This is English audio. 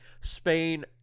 Spain